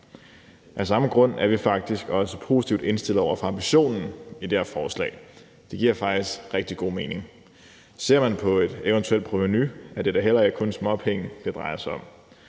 Af samme grund er vi faktisk også positivt indstillet over for ambitionen i det her forslag. Det giver faktisk rigtig god mening. Ser man på et eventuelt provenu, er det da heller ikke kun småpenge, det drejer sig om.